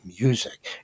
music